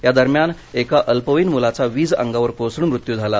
या दरम्यान एका अल्पवयीन मुलाचा वीज अंगावर कोसळून मृत्यू झाला